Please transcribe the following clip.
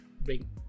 bring